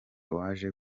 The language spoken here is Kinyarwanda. waje